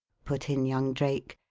put in young drake.